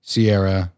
Sierra